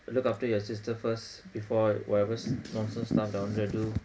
look after your sister first before whatever nonsense stuff that I wanted to do